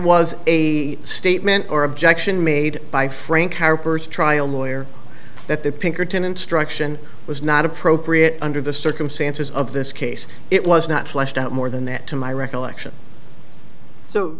was a statement or objection made by frank harper's trial lawyer that the pinkerton instruction was not appropriate under the circumstances of this case it was not fleshed out more than that to my recollection so